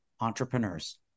Entrepreneurs